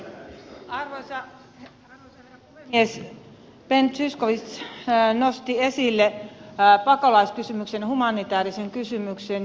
ben zyskowicz nosti esille pakolaiskysymyksen humanitäärisen kysymyksen